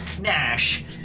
Nash